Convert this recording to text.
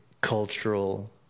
cultural